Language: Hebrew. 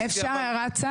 אבל אי-אפשר חד-צדדי.